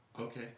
Okay